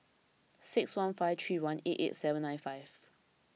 six one five three one eight eight seven nine five